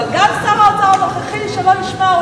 אבל גם שר האוצר הנוכחי שלא ישמע?